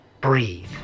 breathe